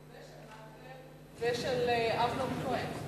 ושל מקלב ושל אמנון כהן.